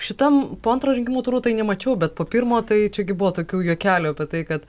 šitam po antro rinkimų turo tai nemačiau bet po pirmo tai čia gi buvo tokių juokelių apie tai kad